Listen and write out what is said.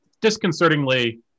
disconcertingly